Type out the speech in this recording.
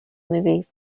movie